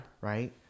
right